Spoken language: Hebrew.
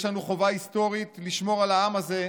יש לנו חובה היסטורית לשמור על העם הזה,